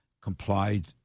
complied